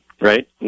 Right